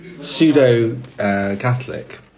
pseudo-Catholic